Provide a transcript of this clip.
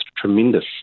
tremendous